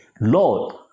Lord